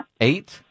Eight